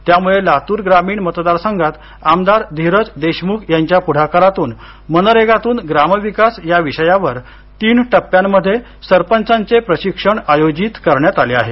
त्यामुळे लातूर ग्रामीण मतदारसंघात आमदार धिरज देशमुख यांच्या पुढाकारातून मनरेगातून ग्रामविकास या विषयावर तीन टप्प्यांमध्ये सरपंचांचे प्रशिक्षण आयोजित करण्यात आले आहे